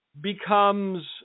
becomes